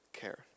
care